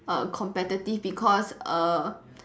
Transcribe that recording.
err competitive because err